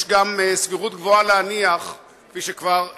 יש גם סבירות גבוהה להניח, כפי שכבר נאמר,